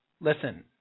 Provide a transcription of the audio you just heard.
Listen